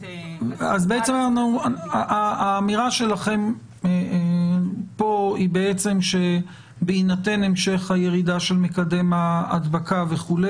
אז בעצם האמירה שלכם פה היא שבהינתן המשך הירידה של מקדם ההדבקה וכו',